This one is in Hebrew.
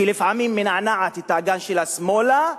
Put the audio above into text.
שלפעמים מנענעת את האגן שלה שמאלה,